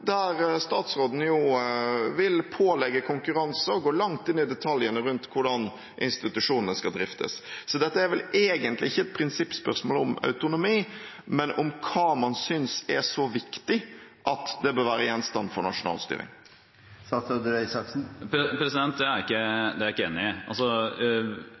der statsråden vil pålegge konkurranse og gå langt inn i detaljene rundt hvordan institusjonene skal driftes. Så dette er vel egentlig ikke et prinsippspørsmål om autonomi, men om hva man synes er så viktig at det bør være gjenstand for nasjonal styring. Det er jeg ikke enig i.